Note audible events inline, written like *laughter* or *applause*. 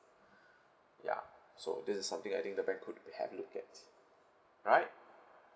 *breath* ya so this is something I think the bank could have look at right